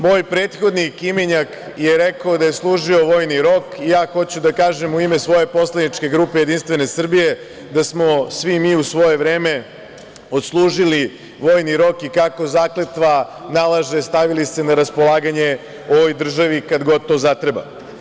Moj prethodnik, imenjak je rekao da je služio vojni rok i ja hoću da kažem u ime svoje poslaničke grupe Jedinstvene Srbije da smo svi mi u svoje vreme odslužili vojni rok i kako zakletva nalaže stavili se na raspolaganje ovoj državi kad god to zatreba.